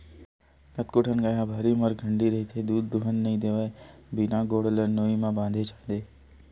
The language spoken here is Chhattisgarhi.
कतको ठन गाय ह भारी मरखंडी रहिथे दूद दूहन नइ देवय बिना गोड़ ल नोई म बांधे छांदे